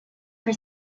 for